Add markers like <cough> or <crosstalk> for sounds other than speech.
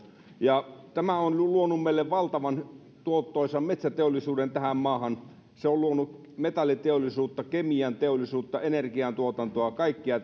ja tämä on luonut meille valtavan tuottoisan metsäteollisuuden tähän maahan se on luonut metalliteollisuutta kemianteollisuutta energiantuotantoa kaikkea <unintelligible>